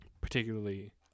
Particularly